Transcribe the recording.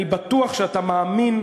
אני בטוח שאתה מאמין,